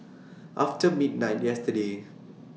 after midnight yesterday